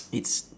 it's